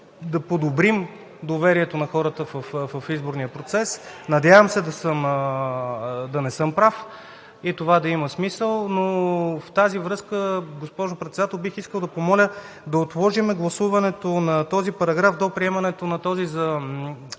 да подобрим доверието на хората в изборния процес. Надявам се да не съм прав и това да има смисъл. В тази връзка, госпожо Председател, да отложим гласуването на този параграф до приемането на този за